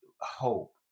hope